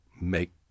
make